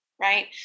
right